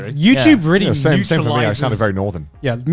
youtube really, same same with me. i sounded very northern. yeah.